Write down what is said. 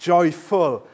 Joyful